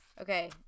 Okay